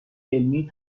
علمی